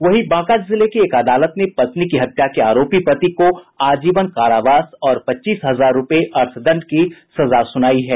वहीं बांका जिले की एक अदालत ने पत्नी की हत्या के आरोपी पति को आजीवन कारावास और पच्चीस हजार रूपये अर्थदंड की सजा सुनायी है